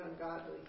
ungodly